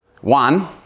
one